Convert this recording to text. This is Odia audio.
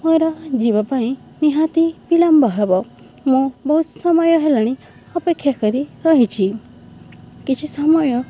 ମୋର ଯିବା ପାଇଁ ନିହାତି ବିଳମ୍ବ ହେବ ମୁଁ ବହୁତ ସମୟ ହେଲାଣି ଅପେକ୍ଷା କରି ରହିଛି କିଛି ସମୟ